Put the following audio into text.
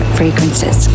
fragrances